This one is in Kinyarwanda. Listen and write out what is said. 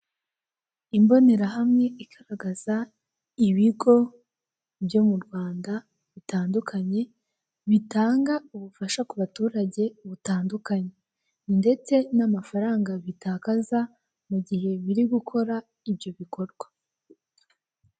Imbonerahamwe igaragaza ibigo byo mu Rwanda bitandukanye bitanga ubufasha ku baturage butandukanye ndetse n'amafaranga bitakaza mu gihe biri gukora ibyo bikorwa.